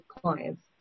clients